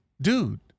dude